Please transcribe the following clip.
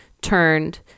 turned